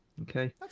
okay